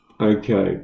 okay